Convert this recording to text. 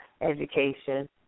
education